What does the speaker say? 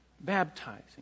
Baptizing